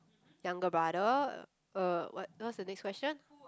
younger brother uh what what's the next question